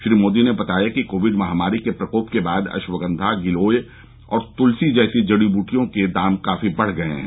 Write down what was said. श्री मोदी ने बताया कि कोविड महामारी के प्रकोप के बाद अश्वगंधा गिलोय और तुलसी जैसी जड़ी ब्रियों के दाम काफी बढ गए हैं